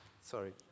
sorry